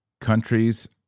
Countries